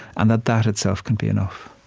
and that that itself can be enough